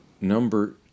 number